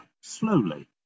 slowly